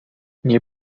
nie